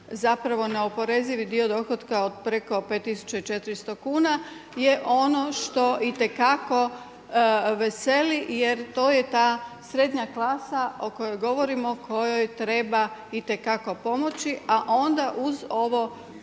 zapravo neoporezivi dio dohotka od preko 5400 kuna je ono što itekako veseli, jer to je ta srednja klasa o kojoj govorimo, kojoj treba itekako pomoći. A onda uz ovo